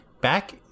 back